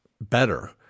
better